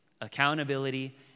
Accountability